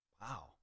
Wow